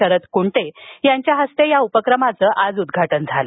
शरद कुंटे यांच्या हस्ते या उपक्रमाचं आज उदघाटन करण्यात आलं